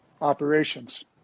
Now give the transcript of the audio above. Operations